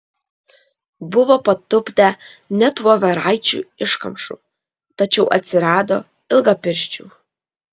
buvo patupdę net voveraičių iškamšų tačiau atsirado ilgapirščių